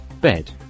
Bed